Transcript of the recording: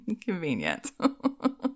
Convenient